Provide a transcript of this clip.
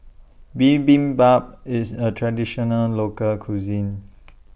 Bibimbap IS A Traditional Local Cuisine